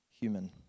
human